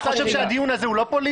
אתה חושב שהדיון הזה הוא לא פוליטי?